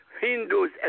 Hindus